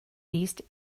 east